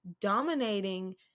dominating